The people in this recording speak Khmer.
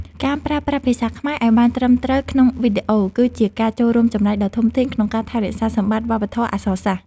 ការប្រើប្រាស់ភាសាខ្មែរឱ្យបានត្រឹមត្រូវក្នុងវីដេអូ គឺជាការចូលរួមចំណែកដ៏ធំធេងក្នុងការថែរក្សាសម្បត្តិវប្បធម៌អក្សរសាស្ត្រ។